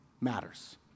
matters